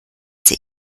sie